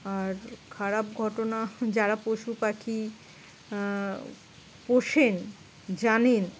আর খারাপ ঘটনা যারা পশুপাখি পোষেন জানেন